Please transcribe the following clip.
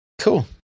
Cool